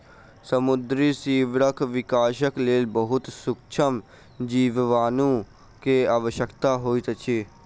समुद्री सीवरक विकासक लेल बहुत सुक्ष्म जीवाणु के आवश्यकता होइत अछि